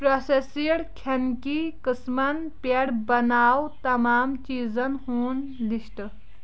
processed کھیٚنٕکی قٕسٕمن پٮ۪ٹھ بناو تمام چیزن ہُنٛد لسٹ